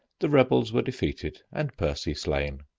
the rebels were defeated and percy slain.